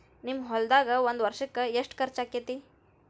ನಿಮ್ಮ ಹೊಲ್ದಾಗ ಒಂದ್ ವರ್ಷಕ್ಕ ಎಷ್ಟ ಖರ್ಚ್ ಆಕ್ಕೆತಿ?